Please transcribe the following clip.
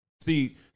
See